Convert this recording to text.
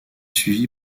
suivi